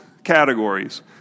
categories